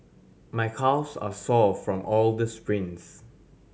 my calves are sore from all the sprints